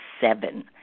seven